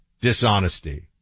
dishonesty